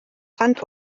rand